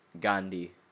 Gandhi